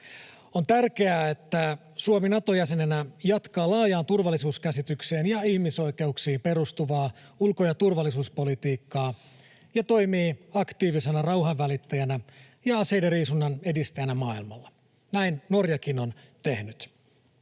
On tärkeää, että Suomi Nato-jäsenenä jatkaa laajaan turvallisuuskäsitykseen ja ihmisoikeuksiin perustuvaa ulko- ja turvallisuuspolitiikkaa ja toimii aktiivisena rauhanvälittäjänä ja aseidenriisunnan edistäjänä maailmalla. Näin Norjakin on tehnyt.